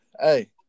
Hey